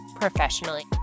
professionally